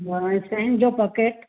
हा ऐं सयुनि जो पकैट